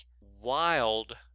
wild